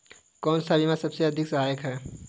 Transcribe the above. कौन सा बीमा सबसे अधिक सहायक है?